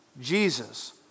Jesus